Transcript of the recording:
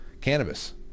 Cannabis